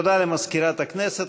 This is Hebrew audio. תודה למזכירת הכנסת.